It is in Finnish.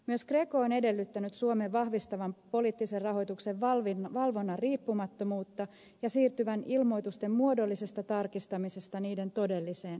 myös greco on edellyttänyt suomen vahvistavan poliittisen rahoituksen valvonnan riippumattomuutta ja siirtyvän ilmoitusten muodollisesta tarkistamisesta niiden todelliseen tarkistamiseen